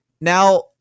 now